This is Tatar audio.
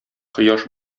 кояш